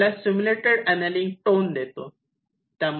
मग आपण त्याला सिम्युलेटेड अनेलिंग टोन देतो